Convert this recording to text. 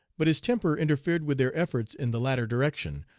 but his temper interfered with their efforts in the latter direction,